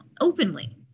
openly